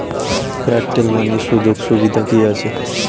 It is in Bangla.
এয়ারটেল মানি সুযোগ সুবিধা কি আছে?